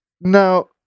now